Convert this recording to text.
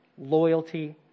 loyalty